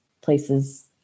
places